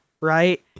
Right